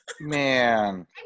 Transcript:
Man